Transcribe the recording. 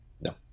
No